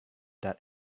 that